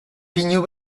pinu